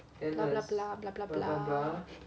blah blah blah